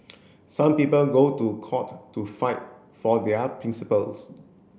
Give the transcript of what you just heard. some people go to court to fight for their principles